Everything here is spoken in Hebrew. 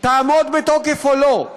תעמוד בתוקף, או לא?